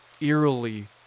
eerily